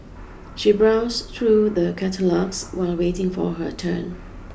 she browsed through the catalogues while waiting for her turn